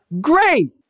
great